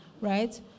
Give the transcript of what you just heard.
right